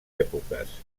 èpoques